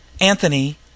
Anthony